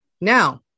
Now